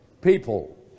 people